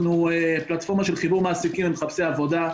אנחנו בפלטפורמה של חיבור מעסיקים עם מחפשי עבודה.